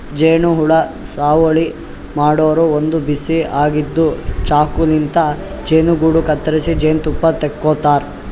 ಜೇನಹುಳ ಸಾಗುವಳಿ ಮಾಡೋರು ಒಂದ್ ಬಿಸಿ ಆಗಿದ್ದ್ ಚಾಕುಲಿಂತ್ ಜೇನುಗೂಡು ಕತ್ತರಿಸಿ ಜೇನ್ತುಪ್ಪ ತಕ್ಕೋತಾರ್